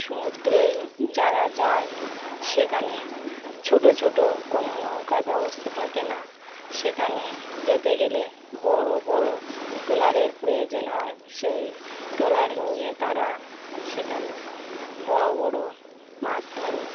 সমুদ্রে যারা যায় সেখানে ছোট ছোট কোনো নৌকার ব্যবস্থা থাকে না সেখানে যেতে গেলে বড় বড় ট্রলারের প্রয়োজন হয় সেই ট্রলার নিয়ে তারা সেখানে বড় বড় মাছ ধরে